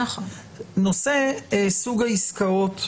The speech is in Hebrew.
נושא סוג העסקאות,